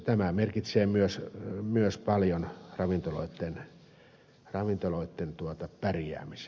tämä merkitsee myös paljon ravintoloitten pärjäämiselle